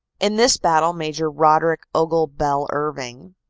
in this battle major roderick ogle bell-irving,